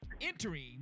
entering